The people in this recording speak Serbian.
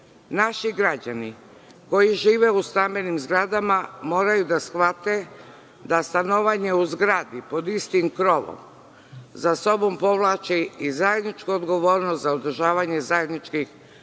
Naši građani koji žive u stambenim zgradama, moraju da shvate, da stanovanje u zgradi pod istim krovom, za sobom povlači, i zajedničku odgovornost za održavanje zajedničkih prostorija,